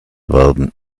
werden